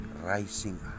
Rising